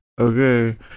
Okay